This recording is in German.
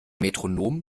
metronom